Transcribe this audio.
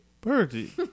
birdie